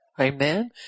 Amen